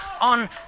on